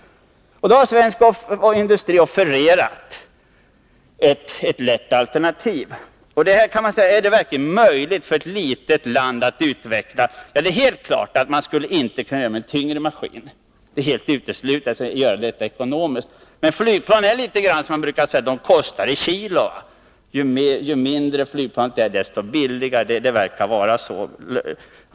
Den svenska industrin har offererat ett lätt alternativ. Är det verkligen möjligt för ett litet land som Sverige att utveckla ett sådant plan? Ja, det är helt klart att man inte skulle kunna göra det med en tyngre maskin. Det är uteslutet att göra det ekonomiskt. Men för flygplan gäller det ungefär att de kostar per kilogram — ju mindre flygplanet är, desto billigare är det. Det verkar vara så.